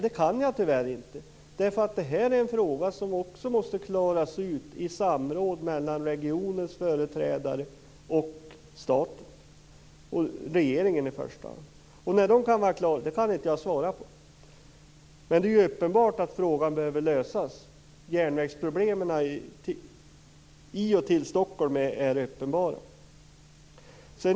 Det kan jag tyvärr inte, därför att det är en fråga som måste klaras ut i samråd mellan regionens företrädare, staten och i första hand regeringen. Men det är uppenbart att frågan behöver lösas. Järnvägsproblemen i Stockholm är uppenbara.